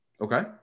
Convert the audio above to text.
Okay